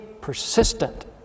persistent